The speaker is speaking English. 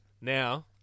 now